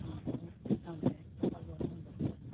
ᱱᱚᱣᱟ ᱠᱚ ᱪᱮᱛᱟᱱ ᱨᱮ ᱜᱟᱯᱟᱞ ᱢᱟᱨᱟᱣ ᱫᱚᱨᱠᱟᱨ